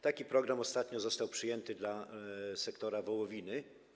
Taki program ostatnio został przyjęty dla sektora wołowiny.